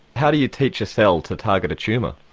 how do you teach a cell to target a tumour?